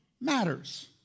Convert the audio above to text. matters